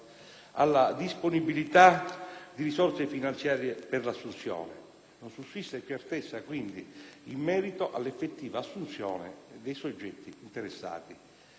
alla disponibilità di risorse finanziarie per l'assunzione. Non sussiste certezza, quindi, in merito all'effettiva assunzione dei soggetti interessati.